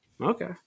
okay